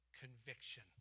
conviction